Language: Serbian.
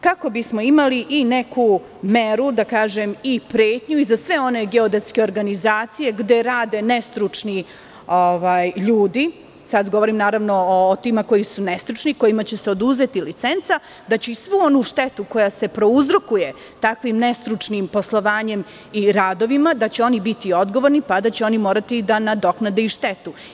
Kako bismo imali neku meru, da kažem, i pretnju za sve one geodetske organizacije gde rade nestručni ljudi, sada govorim o tim ljudima koji su nestručni, kojima će se oduzeti licenca, svu onu štetu koju prouzrokuju takvim nestručnim poslovanjem i radovima biće odgovorni i moraće da nadoknade štetu.